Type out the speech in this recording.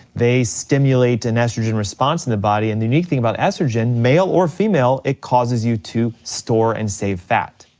they stimulate an estrogen response in the body and the unique thing about estrogen, male or female, it causes you to store and save fat.